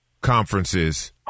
conferences